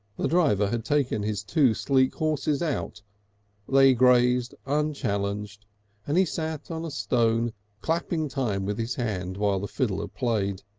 the driver had taken his two sleek horses out they grazed unchallenged and he sat on a stone clapping time with his hands while the fiddler played.